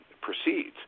proceeds